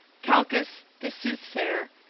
calchas, the soothsayer,